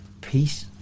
peace